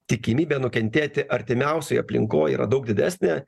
tikimybė nukentėti artimiausioj aplinkoj yra daug didesnė